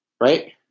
Right